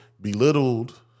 belittled